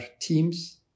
teams